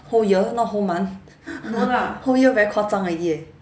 whole year not whole month whole year very 夸张 already eh